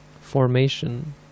formation